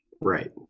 Right